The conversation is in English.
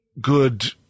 good